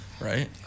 Right